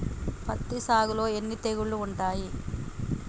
పత్తి సాగులో ఎన్ని తెగుళ్లు ఉంటాయి?